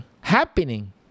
happening